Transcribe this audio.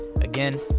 again